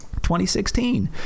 2016